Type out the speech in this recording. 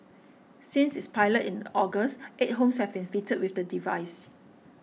since its pilot in August eight homes have been fitted with the device